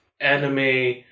anime